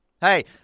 Hey